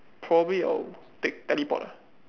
probably I will take teleport ah